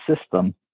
system